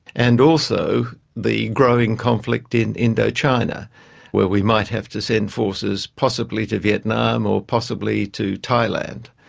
and also the growing conflict in indochina where we might have to send forces possibly to vietnam or possibly to thailand.